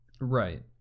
Right